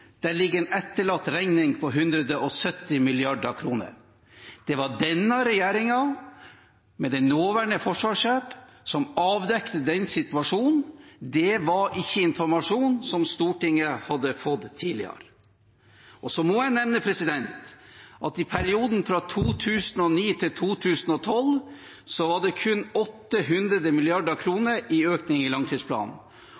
der forsvarssjefen sier at vi har et forsvar som er under styrt avvikling, og at det ligger en etterlatt regning på 170 mrd. kr. Det var denne regjeringen, med den nåværende forsvarssjefen, som avdekte den situasjonen. Det var ikke informasjon som Stortinget hadde fått tidligere. Så må jeg nevne at i perioden 2009–2012 var det kun